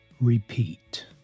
repeat